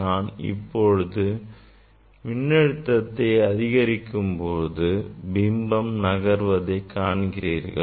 நான் இப்பொழுது மின்னழுத்தத்தை அதிகரிக்கும்போது பிம்பம் நகர்வதை காண்கிறீர்கள்